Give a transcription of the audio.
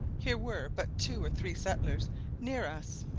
here were but two or three settlers near us,